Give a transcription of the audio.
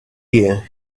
year